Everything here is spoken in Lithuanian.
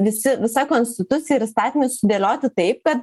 visi visa konstitucija ir statinius sudėlioti taip ka